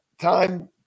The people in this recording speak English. time